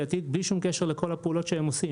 התיק בלי שום קשר לכל הפעולות שהם עושים.